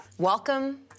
Welcome